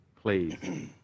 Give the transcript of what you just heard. Please